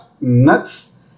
Nuts